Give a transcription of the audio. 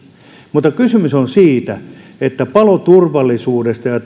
mutta kysymys on paloturvallisuudesta ja